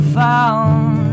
found